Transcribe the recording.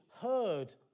heard